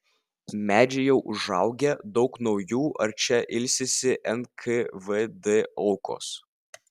medžiai jau užaugę daug naujų ar čia ilsisi nkvd aukos